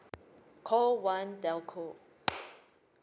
call one telco